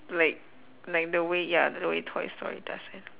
like like the way ya the way toy story does it